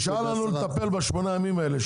קל לנו לטפל בשמונת הימים האלה.